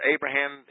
Abraham